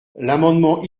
l’amendement